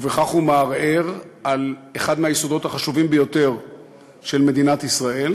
ובכך הוא מערער על אחד מהיסודות החשובים ביותר של מדינת ישראל,